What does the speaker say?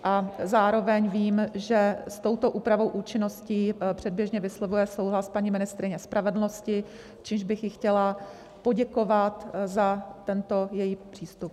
A zároveň vím, že s touto úpravou účinnosti předběžně vyslovuje souhlas paní ministryně spravedlnosti, čímž bych jí chtěla poděkovat za tento její přístup.